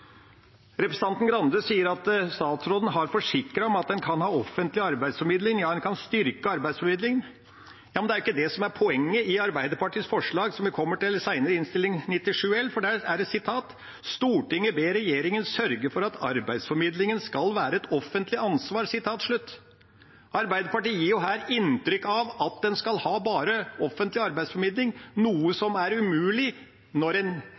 Representanten Grande sier at statsråden har forsikret om at en kan ha offentlig arbeidsformidling – ja, en kan styrke arbeidsformidlingen. Men det er jo ikke det som er poenget i Arbeiderpartiets forslag, som vi kommer til senere, i Innst. 97 L for 2020–2021, for der står det: «Stortinget ber regjeringen sørge for at arbeidsformidling skal være et offentlig ansvar.» Arbeiderpartiet gir jo her inntrykk av at en skal ha bare offentlig arbeidsformidling, noe som er umulig når en